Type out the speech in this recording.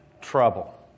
trouble